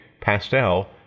Pastel